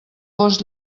gos